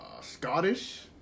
Scottish